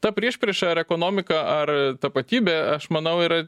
ta priešprieša ar ekonomika ar tapatybė aš manau yra